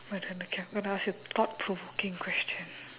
my turn okay I'm gonna ask you thought provoking question